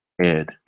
Head